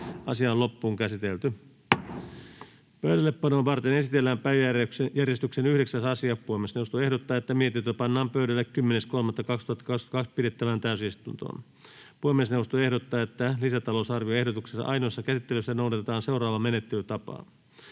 Time: N/A Content: Pöydällepanoa varten esitellään päiväjärjestyksen 9. asia. Puhemiesneuvosto ehdottaa, että mietintö pannaan pöydälle 10.3.2022 pidettävään täysistuntoon. Puhemiesneuvosto ehdottaa, että lisätalousarvioehdotuksen ainoassa käsittelyssä noudatetaan seuraavaa menettelytapaa: